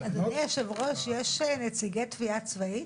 אדוני היושב-ראש, נציגי התביעה הצבאית?